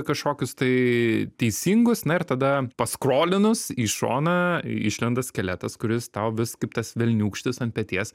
kažkokius tai teisingus na ir tada paskrolinus į šoną išlenda skeletas kuris tau vis kaip tas velniūkštis ant peties